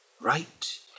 Right